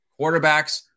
quarterbacks